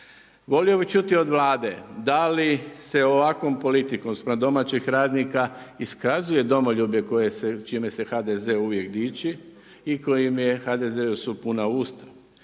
Volio bi čuti od Vlade, da li se ovakvom politikom spram domaćih radnika iskazuje domoljublje koje se, čime se HDZ uvijek dići i kojim je HDZ-u s puna usta?